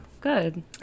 good